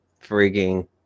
freaking